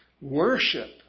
worship